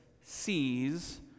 sees